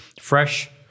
fresh